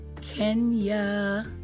Kenya